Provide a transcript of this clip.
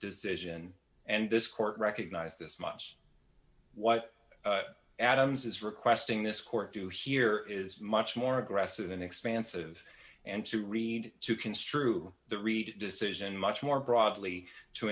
decision and this court recognized this much what adams is requesting this court to hear is much more aggressive and expansive and to read to construe the read decision much more broadly to